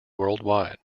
worldwide